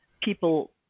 people